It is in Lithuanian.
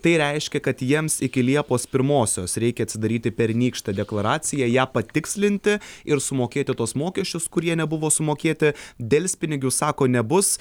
tai reiškia kad jiems iki liepos pirmosios reikia atsidaryti pernykštę deklaraciją ją patikslinti ir sumokėti tuos mokesčius kurie nebuvo sumokėti delspinigių sako nebus